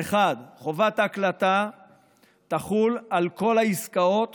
1. חובת ההקלטה תחול על כל העסקאות